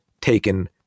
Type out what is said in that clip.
taken